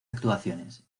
actuaciones